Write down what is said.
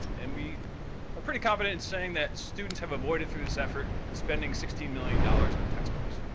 and we are pretty confident in saying that students have avoided through this effort spending sixteen million dollars on textbooks.